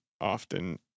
often